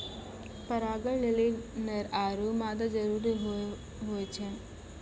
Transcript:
परागण लेलि नर आरु मादा जरूरी होय छै